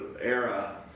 era